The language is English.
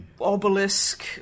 obelisk